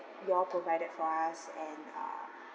you all provided for us and uh